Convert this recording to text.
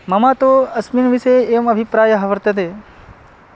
मम तु अस्मिन् विषये एवम् अभिप्रायः वर्तते